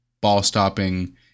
Ball-stopping